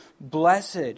Blessed